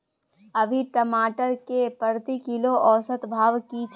अभी टमाटर के प्रति किलो औसत भाव की छै?